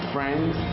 Friends